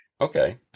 Okay